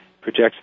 projects